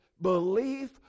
belief